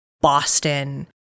Boston